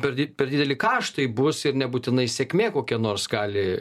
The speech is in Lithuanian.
per di per dideli kaštai bus ir nebūtinai sėkmė kokia nors gali